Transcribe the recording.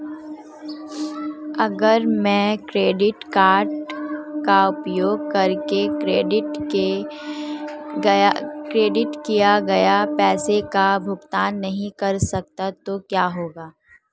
अगर मैं credit card का उपयोग करके क्रेडिट किए गए पैसे का भुगतान नहीं कर सकता तो क्या होगा?